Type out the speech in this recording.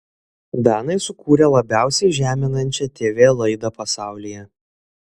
danai sukūrė labiausiai žeminančią tv laidą pasaulyje